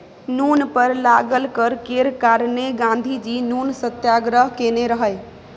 नुन पर लागल कर केर कारणेँ गाँधीजी नुन सत्याग्रह केने रहय